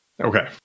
Okay